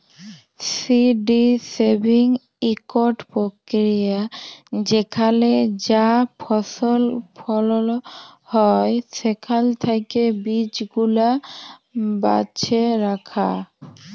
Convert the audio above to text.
seed saving ইকট পক্রিয়া যেখালে যা ফসল ফলল হ্যয় সেখাল থ্যাকে বীজগুলা বাছে রাখা